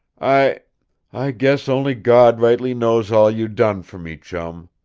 i i guess only gawd rightly knows all you done fer me, chum.